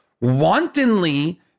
wantonly